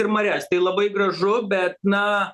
ir marias tai labai gražu bet na